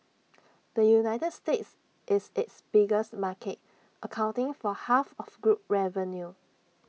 the united states is its biggest market accounting for half of group revenue